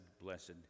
blessed